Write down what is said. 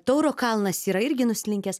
tauro kalnas yra irgi nuslinkęs